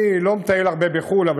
אני לא מטייל הרבה בחו"ל,